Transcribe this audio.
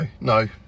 no